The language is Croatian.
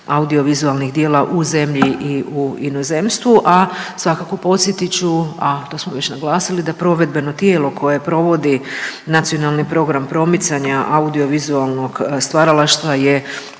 audio vizualnih djela u zemlji i u inozemstvu, a svakako podsjetit ću, a to smo već naglasili da provedbeno tijelo koje provodi nacionalni program promicanja audio vizualnog stvaralaštva je